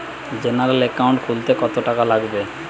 General account খুলতে কত টাকা লাগবে?